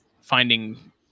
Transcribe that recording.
finding